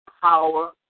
power